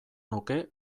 nuke